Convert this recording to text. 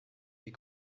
des